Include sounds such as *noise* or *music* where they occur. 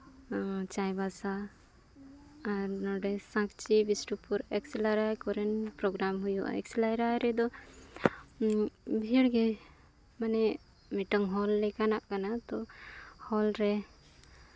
ᱪᱟᱭᱵᱟᱥᱟ ᱟᱨ ᱱᱚᱸᱰᱮ ᱥᱟᱸᱪᱤ ᱵᱤᱥᱱᱩᱯᱩᱨ *unintelligible* ᱯᱨᱳᱜᱨᱟᱢ ᱦᱩᱭᱩᱜᱼᱟ *unintelligible* ᱵᱷᱤᱲ ᱜᱮ ᱢᱟᱱᱮ ᱢᱤᱫᱴᱟᱱ ᱦᱚᱞ ᱞᱮᱠᱟᱱᱟᱜ ᱠᱟᱱᱟ ᱛᱳ ᱦᱚᱞᱨᱮ